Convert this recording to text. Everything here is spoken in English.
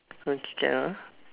okay can ah